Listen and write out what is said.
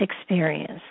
experience